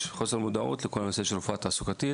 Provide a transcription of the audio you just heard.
יש חוסר מודעות לכל הנושא של רפואה תעסוקתית